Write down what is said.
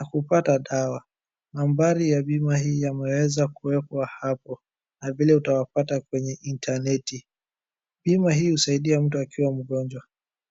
na kupata dawa. Nambari ya bima hii imeweza kuweka hapo na vile utaweza kuwapata kwa interneti. Bima hii husaidia mtu akiwa mgonjwa.